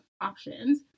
options